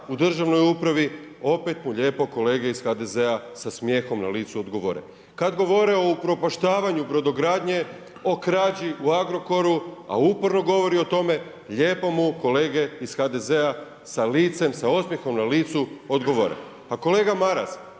u državnoj upravi opet mu lijepo kolege iz HDZ-a sa smijehom na licu odgovore. Kad govore o upropaštavanju brodogradnje, o krađi u Agrokoru a uporno govori o tome, lijepo mu kolege iz HDZ-a sa licem, sa osmijehom na licu odgovore. Pa kolega Maras,